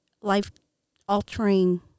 life-altering